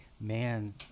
man